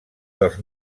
dels